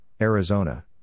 Arizona